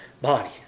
body